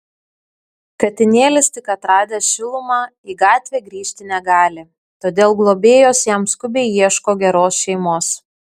katinėlis tik atradęs šilumą į gatvę grįžti negali todėl globėjos jam skubiai ieško geros šeimos